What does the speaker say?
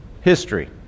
history